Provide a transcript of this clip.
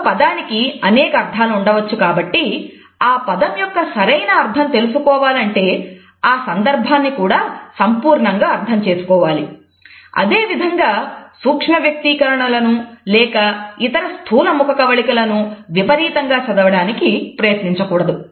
ఒక పదానికి అనేక అర్థాలు ఉండవచ్చు కాబట్టి ఆ పదం యొక్క సరైన అర్థం తెలుసుకోవాలంటే ఆ సందర్భాన్ని కూడా సంపూర్ణంగా అర్థం చేసుకోవాలి అదేవిధంగా సూక్ష్మ వ్యక్తీకరణలను లేక ఇతర స్థూల ముఖ కవళికలను విపరీతంగా చదవడానికి ప్రయత్నించకూడదు